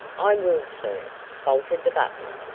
i will, sir, faltered the butler,